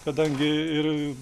kadangi ir